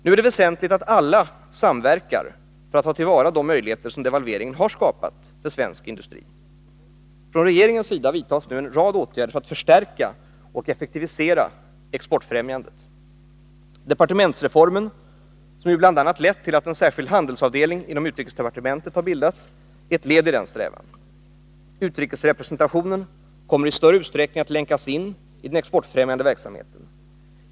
Nu är det väsentligt att alla samverkar för att ta till vara de möjligheter som devalveringen har skapat för svensk industri. Från regeringens sida vidtas nu en rad åtgärder för att förstärka och effektivisera exportfrämjandet. Departementsreformen, som bl.a. lett till att en särskild handelsavdelning inom utrikesdepartementet har bildats, är ett led i denna strävan. Utrikesrepresentationen kommer i större utsträckning att länkas in i den export främjande verksamheten.